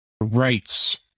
rights